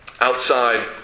outside